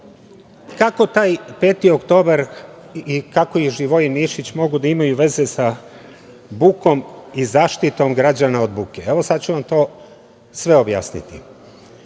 Kako taj 5. oktobar i kako i Živojin Mišić mogu da imaju veze za bukom i zaštitom građana od buke? Evo, sada ću vam to sve objasniti. Petog